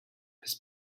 his